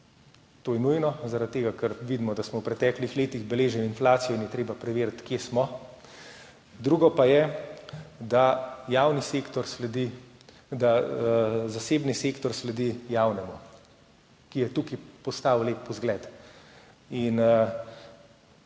To je nujno, zaradi tega ker vidimo, da smo v preteklih letih beležili inflacijo, in je treba preveriti, kje smo. Drugo pa je, da zasebni sektor sledi javnemu, ki je tukaj postal lep vzgled.